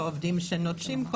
ועובדים שנוטשים,